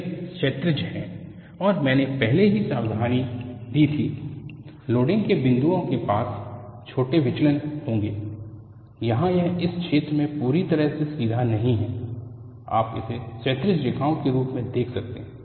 वे क्षैतिज हैं और मैंने पहले ही चेतावनी दी थी लोडिंग के बिंदुओं के पास छोटे विचलन होंगे यहाँ यह इस क्षेत्र में पूरी तरह से सीधा नहीं है आप इसे क्षैतिज रेखाओं के रूप में देख सकते हैं